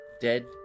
Dead